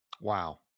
Wow